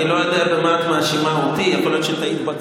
אני מנסה להבין מה הקשר בין מה שאמרתי לבין מה שהיא אומרת.